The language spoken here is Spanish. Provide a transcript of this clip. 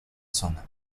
zona